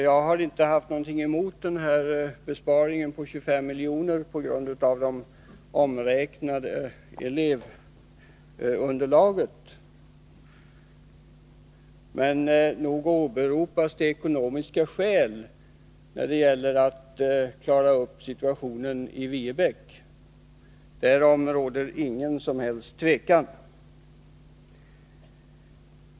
Jag har inte haft någonting emot besparingen på 25 miljoner på grund av det omräknade elevunderlaget, men nog åberopas det ekonomiska skäl när det gäller att klara upp situationen i Viebäck — därom råder ingen som helst tvekan.